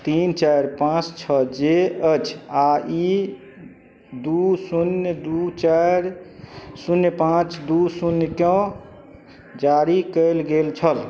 तीन चारि पाँच छओ जे अछि आओर ई दुइ शून्य दुइ चारि शून्य पाँच दुइ शून्यकेँ जारी कएल गेल छल